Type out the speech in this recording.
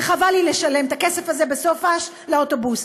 וחבל לי לשלם את הכסף הזה בסופ"ש לאוטובוס,